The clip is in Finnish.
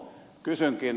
kysynkin